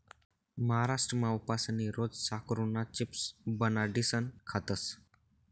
महाराष्ट्रमा उपासनी रोज साकरुना चिप्स बनाडीसन खातस